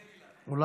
אני, אין לי לחץ.